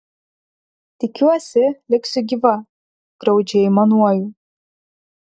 tikiuosi liksiu gyva graudžiai aimanuoju